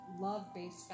love-based